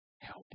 help